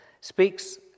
speaks